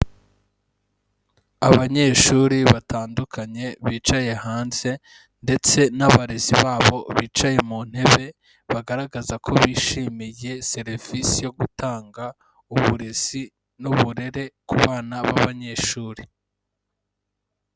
Abanyeshuri batandukanye bicaye hanze ndetse n'abarezi babo bicaye mu ntebe, bagaragaza ko bishimiye serivisi yo gutanga uburezi n'uburere ku bana b'abanyeshuri.